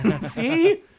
See